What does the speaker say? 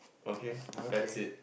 okay that's it